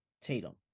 Tatum